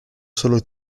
solo